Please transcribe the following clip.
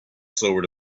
sobered